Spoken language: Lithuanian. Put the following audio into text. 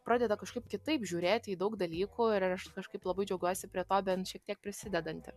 pradeda kažkaip kitaip žiūrėti į daug dalykų ir ir aš kažkaip labai džiaugiuosi prie to bent šiek tiek prisidedanti